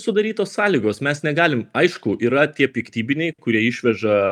sudarytos sąlygos mes negalim aišku yra tie piktybiniai kurie išveža